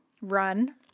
run